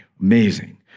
Amazing